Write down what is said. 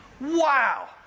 Wow